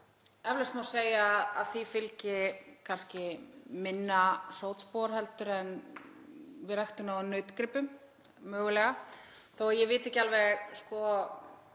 Eflaust má segja að þessi fylgi kannski minna sótspor heldur en við ræktun á nautgripum, mögulega, þó að ég viti ekki alveg í